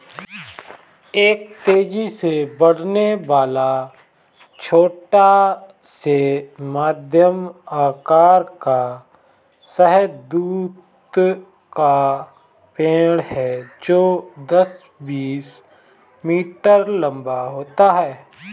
एक तेजी से बढ़ने वाला, छोटा से मध्यम आकार का शहतूत का पेड़ है जो दस, बीस मीटर लंबा होता है